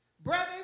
Brothers